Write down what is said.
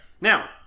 Now